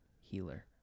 healer